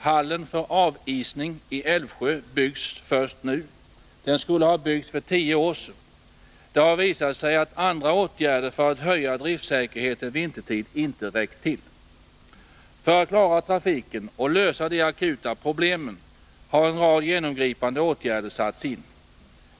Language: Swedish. Hallen för avisning i Älvsjö byggs först nu. Den skulle ha byggts för tio år sedan. Det har visat sig att andra åtgärder för att höja driftsäkerheten vintertid inte räckt till. För att klara trafiken och lösa de akuta problemen har en rad genomgripande åtgärder satts in.